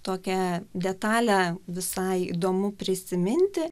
tokią detalę visai įdomu prisiminti